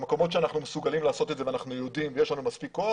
במקומות שאנחנו מסוגלים לעשות את זה ויש לנו מספיק כוח,